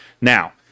Now